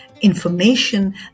information